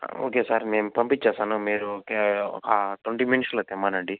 okay sir నేను పంపించేస్తాను మీరు ఒక ట్వెంటీ మినిట్స్లో తెమ్మనండి